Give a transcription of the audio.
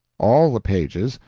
all the pages,